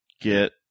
get